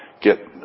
get